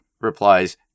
replies